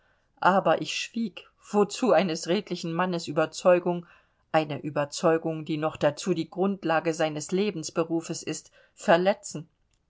aber ich schwieg wozu eines redlichen mannes überzeugung eine überzeugung die noch dazu die grundlage seines lebensberufes ist verletzen